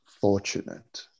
fortunate